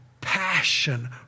passion